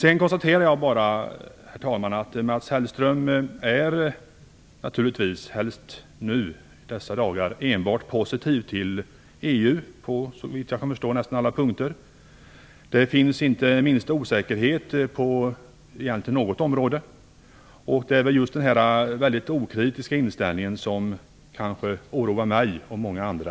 Jag konstaterar sedan att Mats Hellström, naturligtvis i synnerhet i dessa dagar, är enbart positiv till EU - såvitt jag kan förstå gäller det på nästan alla punkter. Det finns egentligen inte på något område minsta osäkerhet, och det är just den här väldigt okritiska inställningen som mest oroar mig och många andra.